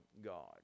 God